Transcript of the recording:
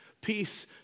Peace